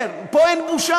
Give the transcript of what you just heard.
לא, אני אומר, פה אין בושה.